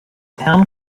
town